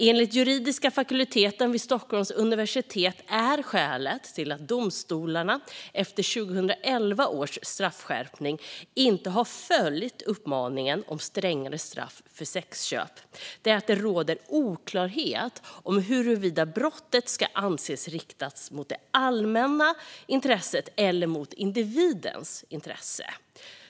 Enligt juridiska fakulteten vid Stockholms universitet är skälet till att domstolarna efter 2011 års straffskärpning inte har följt uppmaningen om strängare straff för sexköp att det råder oklarhet om huruvida brottet ska anses riktat mot det allmännas intresse eller mot individens intresse.